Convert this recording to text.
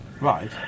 Right